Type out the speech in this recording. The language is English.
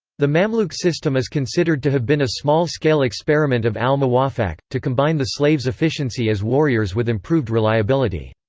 the mamluk system is considered to have been a small-scale experiment of al-muwaffaq, to combine the slaves' efficiency as warriors with improved reliability.